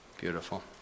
Beautiful